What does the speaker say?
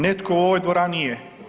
Netko u ovoj dvorani je.